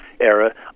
era